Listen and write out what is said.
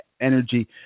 energy